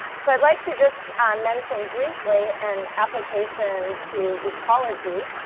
so i'd like to just mention briefly an application to ecology.